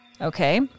Okay